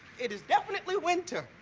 it is definitely winter.